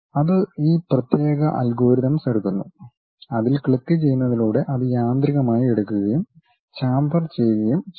അത് ഈ പ്രത്യേക അൽഗോരിതംസ് എടുക്കുന്നു അതിൽ ക്ലിക്കുചെയ്യുന്നതിലൂടെ അത് യാന്ത്രികമായി എടുക്കുകയും ഷാംഫർ ചെയ്യുകയും ചെയ്യുന്നു